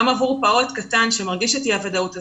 עבור פעוט קטן שמרגיש את אי הוודאות הזו,